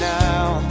now